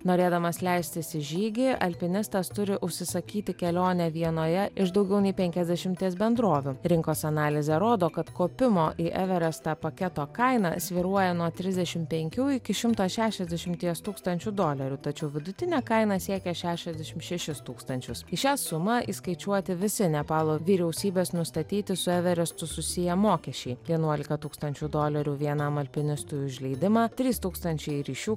norėdamas leistis į žygį alpinistas turi užsisakyti kelionę vienoje iš daugiau nei penkiasdešimties bendrovių rinkos analizė rodo kad kopimo į everestą paketo kaina svyruoja nuo trisdešim penkių iki šimto šešiasdešimties tūkstančių dolerių tačiau vidutinė kaina siekia šešiasdešim šešis tūkstančius į šią sumą įskaičiuoti visi nepalo vyriausybės nustatyti su everestu susiję mokesčiai vienuolika tūkstančių dolerių vienam alpinistui už leidimą trys tūkstančiai ryšių